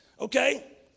Okay